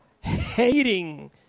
hating